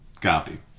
Copy